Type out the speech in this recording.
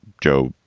joe,